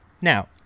now